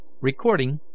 Recording